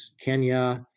Kenya